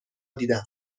دیدم